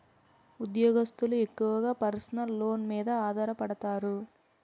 ఉద్యోగస్తులు ఎక్కువగా personal loans మీద ఆధారపడతారు